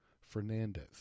Fernandez